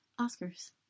Oscars